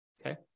Okay